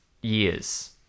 years